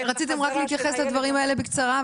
של הילד --- רציתם להתייחס לדברים האלה בקצרה?